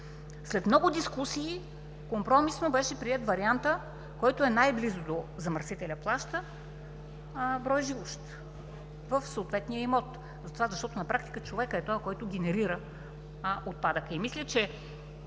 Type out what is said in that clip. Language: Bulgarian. След много дискусии компромисно беше приет вариантът, който е най-близо до „Замърсителят плаща“ – брой живущи в съответния имот, затова защото на практика човекът е този, който генерира отпадъка и мисля, че